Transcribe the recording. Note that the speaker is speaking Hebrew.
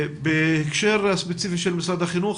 בהקשר הספציפי של משרד החינוך,